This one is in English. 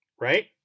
right